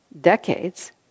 decades